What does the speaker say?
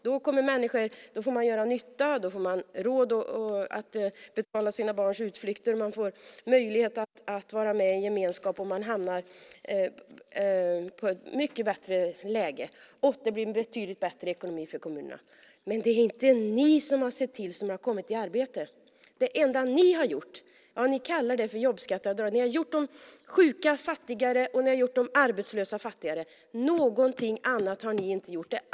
Då får människor göra nytta, man får råd att betala sina barns utflykter, man får möjlighet att vara med i en gemenskap och man hamnar i ett mycket bättre läge. Det blir också mycket bättre ekonomi för kommunerna. Men det är inte ni som har sett till att folk kommit i arbete. Det enda ni har gjort kallar ni för jobbskatteavdrag. Ni har gjort de sjuka och de arbetslösa fattigare. Någonting annat har ni inte gjort.